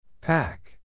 Pack